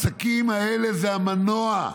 העסקים האלה זה המנוע,